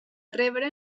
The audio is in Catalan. rebre